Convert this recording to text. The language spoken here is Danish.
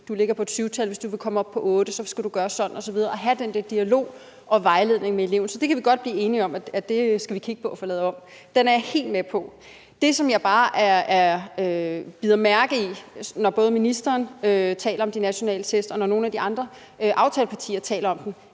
Du ligger på et 7-tal, og hvis du vil komme op på 8, skal du gøre sådan osv. Der har man den der dialog med og vejledning af eleven. Så det kan vi godt blive enige om vi skal kigge på og få lavet om. Den er jeg helt med på. Det, som jeg bare bider mærke i, når både ministeren og nogle af de andre aftalepartier taler om de